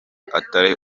atari